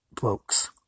folks